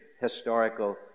historical